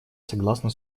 согласна